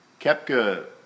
Kepka